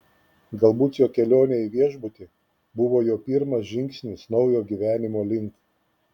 galbūt jo kelionė į viešbutį buvo jo pirmas žingsnis naujo gyvenimo link